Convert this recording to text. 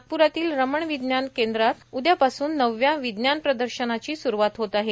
नागप्रातील रमन विज्ञान केंद्रात उद्यापासून नवव्या विज्ञान प्रदर्शनाची सुरूवात होत आहे